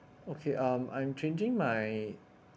okay um I'm changing my